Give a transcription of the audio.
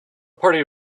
party